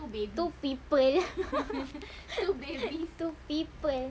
two people two people